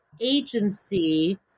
agency